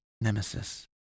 Nemesis